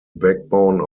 backbone